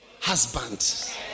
husband